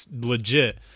legit